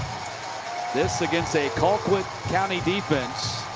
this, against a colquitt county defense.